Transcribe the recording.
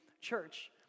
church